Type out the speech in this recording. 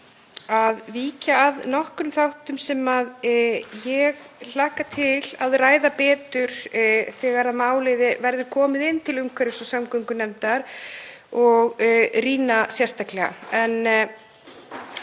að víkja að nokkrum þáttum sem ég hlakka til að ræða betur þegar málið verður komið til umhverfis- og samgöngunefndar og rýna sérstaklega.